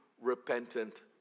repentant